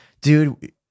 Dude